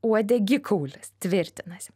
uodegikaulis tvirtinasi